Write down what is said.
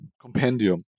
compendium